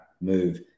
move